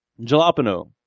jalapeno